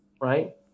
right